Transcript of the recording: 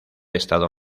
estado